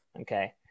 Okay